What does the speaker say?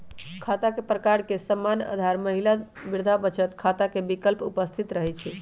खता के प्रकार में सामान्य, आधार, महिला, वृद्धा बचत खता के विकल्प उपस्थित रहै छइ